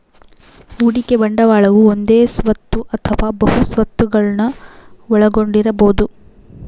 ಹೂಡಿಕೆ ಬಂಡವಾಳವು ಒಂದೇ ಸ್ವತ್ತು ಅಥವಾ ಬಹು ಸ್ವತ್ತುಗುಳ್ನ ಒಳಗೊಂಡಿರಬೊದು